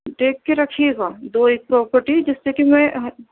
دیکھ کے رکھیے گا دو ایک پروپرٹی جس سے کہ میں ہے